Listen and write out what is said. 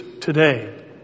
today